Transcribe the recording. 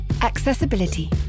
Accessibility